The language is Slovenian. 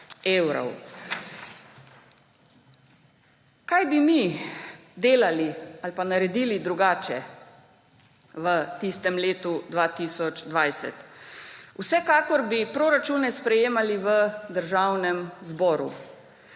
Kaj bi mi delali ali pa naredili drugače v tistem letu 2020? Vsekakor bi proračune sprejemali v državnem zboru.